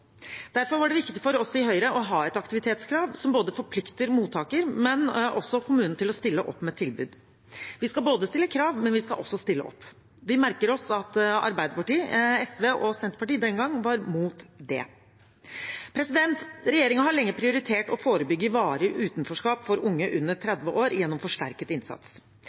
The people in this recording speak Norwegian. Derfor var det viktig for oss i Høyre å ha et aktivitetskrav som forplikter mottakeren, men også kommunen til å stille opp med tilbud. Vi skal stille krav, men vi skal også stille opp. Vi merker oss at Arbeiderpartiet, SV og Senterpartiet den gang var imot det. Regjeringen har lenge prioritert å forebygge varig utenforskap for unge under 30 år gjennom forsterket innsats,